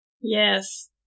Yes